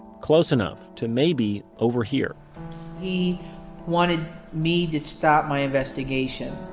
close enough to maybe overhear he wanted me to stop my investigation.